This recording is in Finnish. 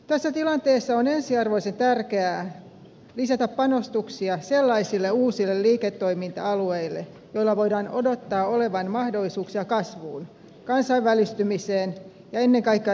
tässä tilanteessa on ensiarvoisen tärkeää lisätä panostuksia sellaisille uusille liiketoiminta alueille joilla voidaan odottaa olevan mahdollisuuksia kasvuun kansainvälistymiseen ja ennen kaikkea työllistämiseen